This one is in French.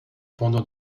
pendant